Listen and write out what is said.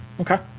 Okay